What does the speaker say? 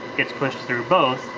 gets pushed through both,